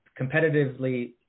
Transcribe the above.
competitively